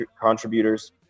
contributors